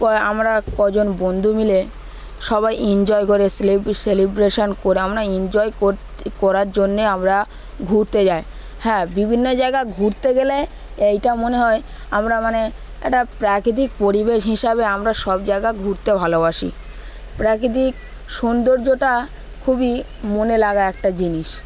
আমরা কজন বন্ধু মিলে সবাই এনজয় করে সেলিব্রেশান করে আমরা এনজয় করতে করার জন্যে আমরা ঘুরতে যাই হ্যাঁ বিভিন্ন জায়গা ঘুরতে গেলে এইটা মনে হয় আমরা মানে একটা প্রাকৃতিক পরিবেশ হিসাবে আমরা সব জায়গা ঘুরতে ভালোবাসি প্রাকৃতিক সৌন্দর্যটা খুবই মনে লাগা একটা জিনিস